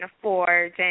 afford